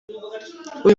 uyu